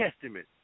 Testament